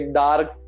dark